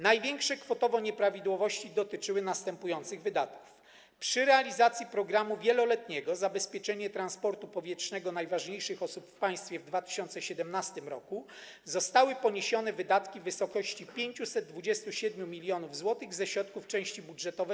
Największe kwotowo nieprawidłowości dotyczyły następujących wydatków: przy realizacji programu wieloletniego „Zabezpieczenie transportu powietrznego najważniejszych osób w państwie” w 2017 r. zostały poniesione wydatki w wysokości 527 mln zł ze środków części budżetowej: